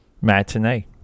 Matinee